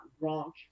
wrong